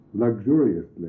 luxuriously